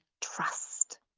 trust